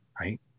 right